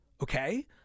okay